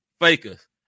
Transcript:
fakers